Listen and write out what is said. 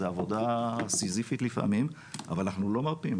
זה עבודה סיזיפית לפעמים אבל אנחנו לא מרפים.